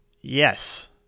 yes